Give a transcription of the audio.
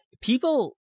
people